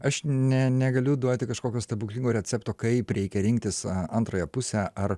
aš ne negaliu duoti kažkokio stebuklingo recepto kaip reikia rinktis antrąją pusę ar